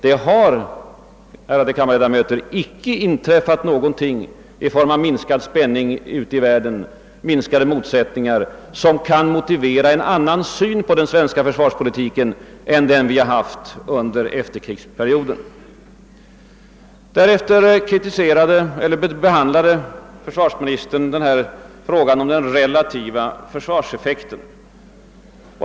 Det har, ärade kammarledamöter, icke inträffat någonting i form av minskad spänning i världen eller minskade motsättningar, som kan motivera en annan syn på den svenska försvarspolitiken än den vi haft under efterkrigsperioden. Därefter behandlade försvarsministern frågan om den relativa försvarseffekten.